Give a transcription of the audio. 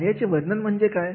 कार्याचे वर्णन म्हणजे काय